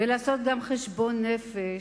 ולעשות גם חשבון נפש: